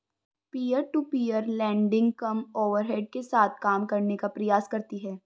peer to peer lending कम overhead के साथ काम करने का प्रयास करती हैं